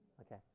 Okay